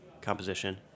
composition